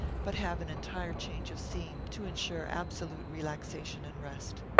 but have an entire change of scene, to insure absolute relaxation and rest.